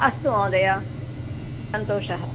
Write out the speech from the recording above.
अस्तु महोदय सन्तोषः